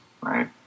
right